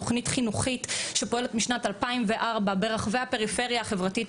תוכנית חינוכית שפועלת משנת 2004 ברחבי הפריפריה החברתית